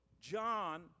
John